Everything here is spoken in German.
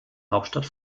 hauptstadt